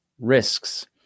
risks